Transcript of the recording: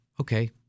okay